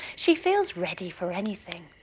she feels ready for anything.